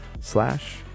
slash